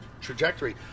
trajectory